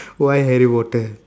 why harry potter